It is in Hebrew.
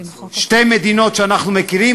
שתי מדינות שאנחנו מכירים,